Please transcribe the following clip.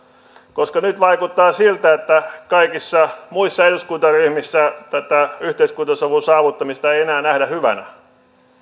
koska nyt vaikuttaa siltä että kaikissa muissa eduskuntaryhmissä tätä yhteiskuntasovun saavuttamista ei enää nähdä hyvänä